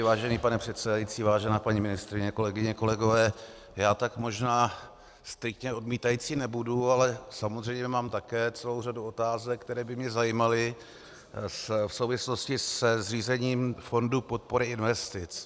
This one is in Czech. Vážený pane předsedající, vážená paní ministryně, kolegyně, kolegové, já tak možná striktně odmítající nebudu, ale samozřejmě mám také celou řadu otázek, které by mě zajímaly v souvislosti se zřízením fondu podpory investic.